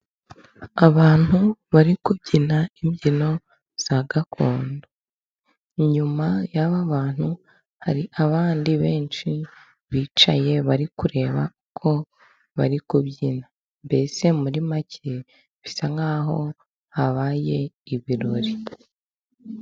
Abantu bari kubyina imbyino za gakondo. Inyuma y'aba bantu, hari abandi benshi bicaye, bari kureba ko bari kubyina, mbese muri make bisa nk'aho habaye ibirori.